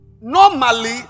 Normally